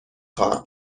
خواهم